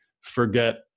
forget